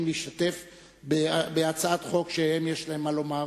להשתתף בדיון בהצעת חוק כשיש להם מה לומר.